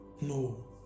No